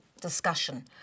discussion